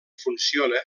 funciona